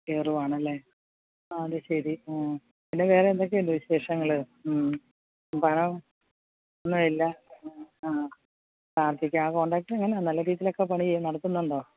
കയറുവാണല്ലേ അത് ശരി പിന്നെ വേറെ എന്തൊക്കെയുണ്ട് വിശേഷങ്ങൾ പണം ഒന്നുമില്ല ആ ആ പ്രാർത്ഥിക്കാം ആ കോണ്ട്രാക്റ്റര് എങ്ങനെയാണ് നല്ല രീതിയിലൊക്കെ പണി നടത്തുന്നുണ്ടോ